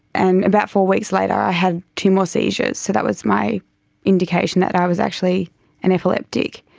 and about four weeks later i had two more seizures, so that was my indication that i was actually an epileptic.